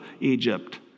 Egypt